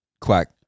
quack